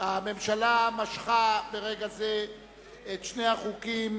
הממשלה משכה ברגע זה את שני החוקים,